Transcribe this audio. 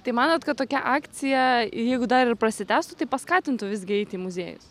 tai manot kad tokia akcija jeigu dar ir prasitęstų tai paskatintų visgi eiti į muziejus